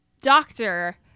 doctor